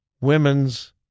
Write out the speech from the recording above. women's